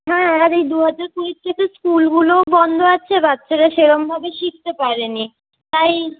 হ্যাঁ আর এই দু হাজার কুড়ির থেকে স্কুলগুলোও বন্ধ আছে বাচ্চারা সেরমভাবে শিখতে পারে নি তাই